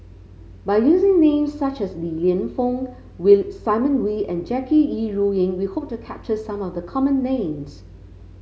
by using names such as Li Lienfung Simon Wee and Jackie Yi Ru Ying we hope to capture some of the common names